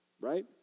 right